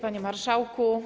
Panie Marszałku!